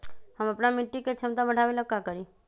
हम अपना मिट्टी के झमता बढ़ाबे ला का करी?